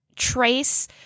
Trace